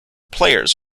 players